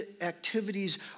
activities